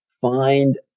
find